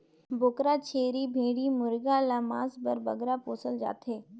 बोकरा, छेरी, भेंड़ी मुरगा ल मांस बर बगरा पोसल जाथे